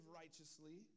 righteously